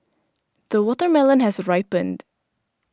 the watermelon has ripened